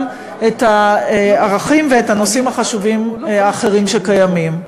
את הערכים ואת הנושאים החשובים האחרים שקיימים.